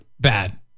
Bad